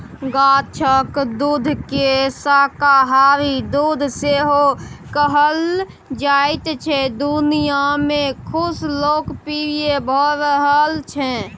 गाछक दुधकेँ शाकाहारी दुध सेहो कहल जाइ छै दुनियाँ मे खुब लोकप्रिय भ रहल छै